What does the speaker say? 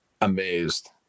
amazed